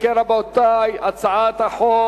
אם כן, רבותי, הצעת חוק